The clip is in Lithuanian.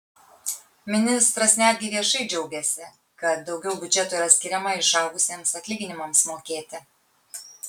ministras netgi viešai džiaugėsi kad daugiau biudžeto yra skiriama išaugusiems atlyginimams mokėti